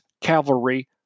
cavalry